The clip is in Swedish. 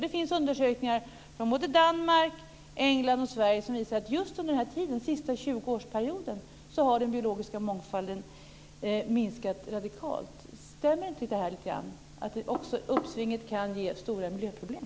Det finns undersökningar från såväl Danmark och England som Sverige som visar att just under den senaste 20 årsperioden har den biologiska mångfalden minskat radikalt. Stämmer det inte lite grann att uppsvinget också kan ge stora miljöproblem?